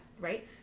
Right